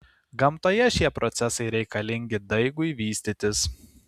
gamtoje šie procesai reikalingi daigui vystytis